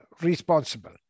responsible